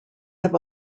have